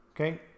Okay